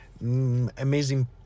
amazing